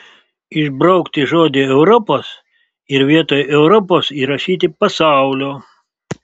išbraukti žodį europos ir vietoj europos įrašyti pasaulio